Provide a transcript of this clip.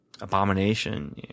Abomination